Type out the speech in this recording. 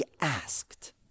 asked